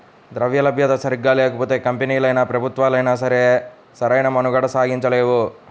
ద్రవ్యలభ్యత సరిగ్గా లేకపోతే కంపెనీలైనా, ప్రభుత్వాలైనా సరే సరైన మనుగడ సాగించలేవు